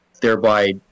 thereby